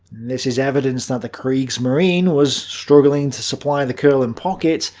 this is evidence than the kriegsmarine was struggling to supply the courland pocket,